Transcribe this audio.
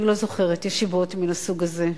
אני לא זוכרת ישיבות מן הסוג הזה.